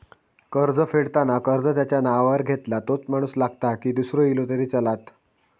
कर्ज फेडताना कर्ज ज्याच्या नावावर घेतला तोच माणूस लागता की दूसरो इलो तरी चलात?